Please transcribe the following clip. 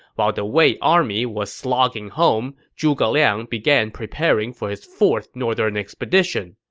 while the wei army was slogging home, zhuge liang began prepping for his fourth northern expedition.